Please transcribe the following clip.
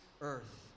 earth